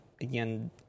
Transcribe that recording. again